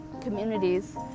communities